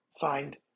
find